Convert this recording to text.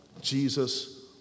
Jesus